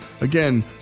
Again